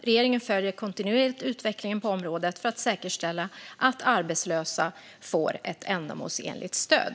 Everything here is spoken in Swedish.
Regeringen följer kontinuerligt utvecklingen på området för att säkerställa att arbetslösa får ett ändamålsenligt stöd.